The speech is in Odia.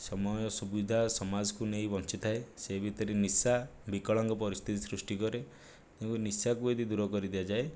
ସମୟ ସୁବିଧା ସମାଜକୁ ନେଇ ବଞ୍ଚିଥାଏ ସେଇ ଭିତରେ ନିଶା ବିକଳାଙ୍ଗ ପରିସ୍ଥିତି ସୃଷ୍ଟି କରେ ତେଣୁକରି ନିଶାକୁ ଯଦି ଦୂର କରି ଦିଆଯାଏ